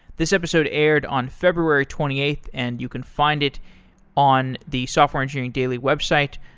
this episode aired on february twenty eighth and you can find it on the software engineering daily website.